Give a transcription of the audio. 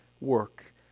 work